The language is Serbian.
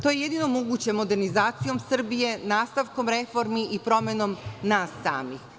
To je jedino moguće modernizacijom Srbije, nastavkom reformi i promenom nas samih.